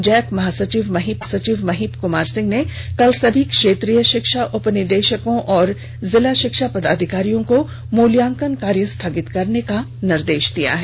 Jack महासचिव महिप कुमार सिंह ने कल सभी क्षेत्रीय षिक्षा उपनिदेषकों और जिला षिक्षा पदाधिकारियों को मुल्यांकन कार्य स्थगित करने का निर्देष दिया है